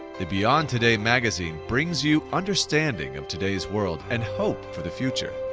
the beyond today magazine brings you understanding of today's world and hope for the future!